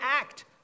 act